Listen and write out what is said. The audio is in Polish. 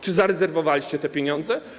Czy zarezerwowaliście te pieniądze?